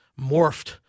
morphed